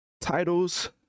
titles